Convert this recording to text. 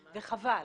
וחבל.